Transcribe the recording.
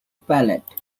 pallet